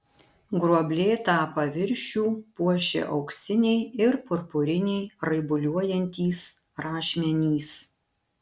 gruoblėtą paviršių puošė auksiniai ir purpuriniai raibuliuojantys rašmenys